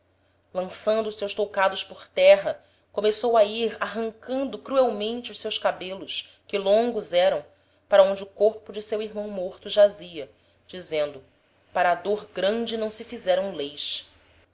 lançando os seus toucados por terra começou a ir arrancando cruelmente os seus cabelos que longos eram para onde o corpo de seu irmão morto jazia dizendo para a dôr grande não se fizeram leis